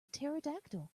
pterodactyl